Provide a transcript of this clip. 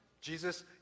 Jesus